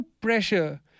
pressure